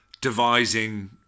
devising